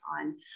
on